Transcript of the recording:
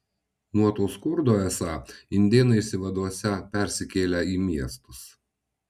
nuo to skurdo esą indėnai išsivaduosią persikėlę į miestus